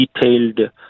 detailed